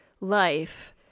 life